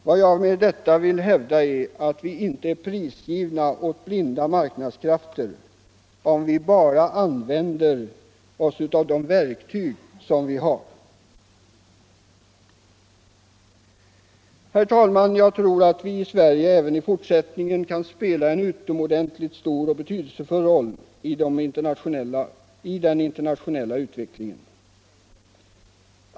Vad jag med detta vill hävda är att vi inte är prisgivna åt blinda marknadskrafter, om vi bara använder oss av de verktyg vi har. Herr talman! Jag tror att Sverige även i fortsättningen kan spela en utomordentligt stor och betydelsefull roll i den internationella utvecklingen.